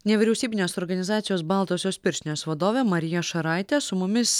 nevyriausybinės organizacijos baltosios pirštinės vadovė marija šaraitė su mumis